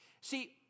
See